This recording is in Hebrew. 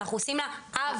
אנחנו עושים לה עוול.